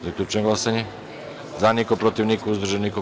Zaključujem glasanje: za – niko, protiv – niko, uzdržanih – nema.